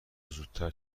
زودتر